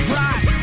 rock